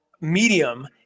medium